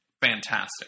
fantastic